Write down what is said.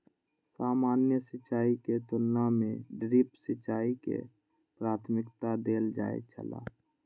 सामान्य सिंचाई के तुलना में ड्रिप सिंचाई के प्राथमिकता देल जाय छला